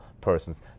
persons